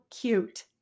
cute